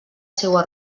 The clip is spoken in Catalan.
seua